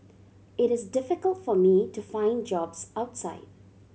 it is difficult for me to find jobs outside